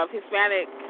Hispanic